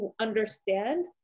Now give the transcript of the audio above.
understand